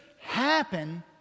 happen